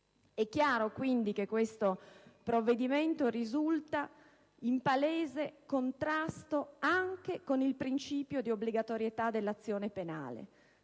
È chiaro, quindi, che questo provvedimento risulta in palese contrasto anche con il principio di obbligatorietà dell'azione penale,